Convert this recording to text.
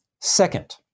Second